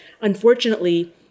unfortunately